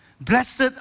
Blessed